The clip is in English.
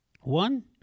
One—